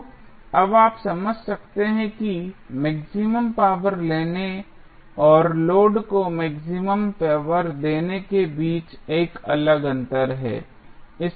तो अब आप समझ सकते हैं कि मैक्सिमम पावर लेने और लोड को मैक्सिमम पावर देने के बीच एक अलग अंतर है